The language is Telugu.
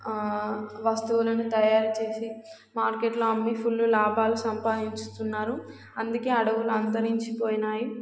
వస్తువులను తయారు చేేసి మార్కెట్లో అమ్మీ ఫుల్ లాభాలు సంపాదిస్తున్నారు అందుకే అడవులు అంతరించిపోయాయి